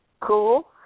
Cool